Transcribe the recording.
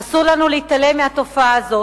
אסור לנו להתעלם מהתופעה הזאת,